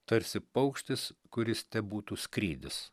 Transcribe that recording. tarsi paukštis kuris tebūtų skrydis